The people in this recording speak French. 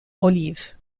olive